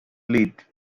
lead